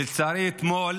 לצערי, אתמול